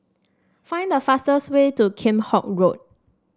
find the fastest way to Kheam Hock Road